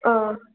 ꯑꯥ